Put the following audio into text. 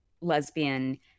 lesbian